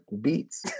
beats